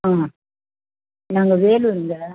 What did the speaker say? ஆ நாங்கள் வேலுாருங்க